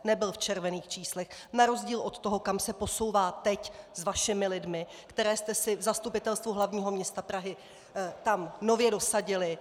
Nebyl v červených číslech na rozdíl od toho, kam se posouvá teď s vašimi lidmi, které jste si v Zastupitelstvu hlavního města Prahy tam nově dosadili.